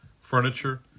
furniture